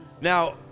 now